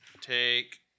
Take